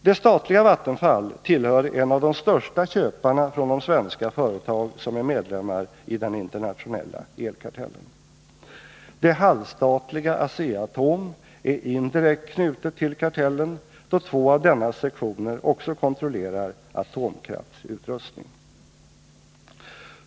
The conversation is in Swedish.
Det statliga Vattenfall är en av de största köparna från de svenska företag som är medlemmar i den internationella elkartellen. Det halvstatliga Asea-Atom är indirekt knutet till kartellen då två av dennas sektioner också kontrollerar atomkraftsutrustning.